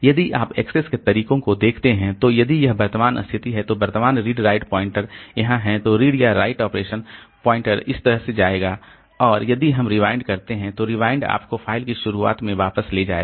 यदि आप एक्सेस के तरीकों को देखते हैं तो यदि यह वर्तमान स्थिति है तो वर्तमान रीड राइट पॉइंटर यहाँ है तो रीड या राइट ऑपरेशन पॉइंटर इस तरह से जाएगा और यदि हम रिवाइंड करते हैं तो रिवाइंड आपको फ़ाइल की शुरुआत में वापस ले जाएगा